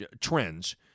trends